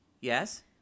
Yes